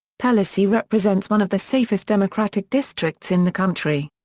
pelosi represents one of the safest democratic districts in the country.